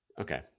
Okay